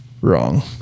Wrong